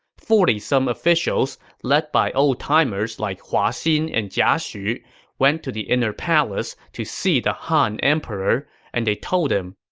forty some officials, led by oldtimers like hua xin and jia xu, went to the inner palace to see the han emperor and told him,